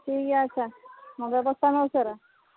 ᱴᱷᱤᱠ ᱜᱮᱭᱟ ᱟᱪᱪᱷᱟ ᱢᱟ ᱵᱮᱵᱚᱥᱛᱷᱟᱭ ᱢᱮ ᱩᱥᱟᱹᱨᱟ